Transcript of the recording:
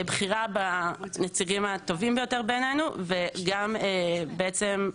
בחירה בנציגים הטובים ביותר בעינינו וגם להפוך